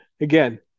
Again